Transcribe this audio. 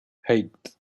eight